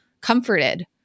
comforted